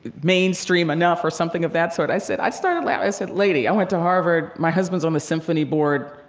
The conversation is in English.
mainstream enough or something of that sort. i said, i started laughing. i said, lady. i went to harvard. my husband's on the symphony board.